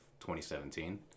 2017